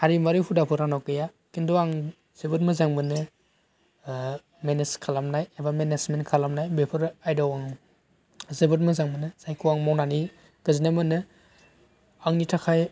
हारिमुवारि हुदाफोर आंनाव गैया खिन्थु आं जोबोद मोजां मोनो मेनेज खालामनाय एबा मेनेजमेन्ट खालामनाय बेफोरो आइदायाव आं जोबोद मोजां मोनो जायखौ आं मावनानै गोजोन्नाय मोनो आंनि थाखाय